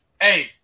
hey